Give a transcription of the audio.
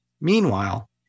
Meanwhile